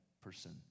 person